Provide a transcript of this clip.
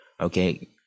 Okay